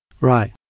Right